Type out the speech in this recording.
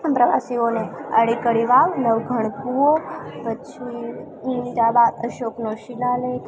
પણ પ્રવાસીઓને અડી કડી વાવ નવ ઘણ કૂવો પછી ત્યાંના અશોકનો શીલાલેખ